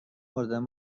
مردن